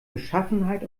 beschaffenheit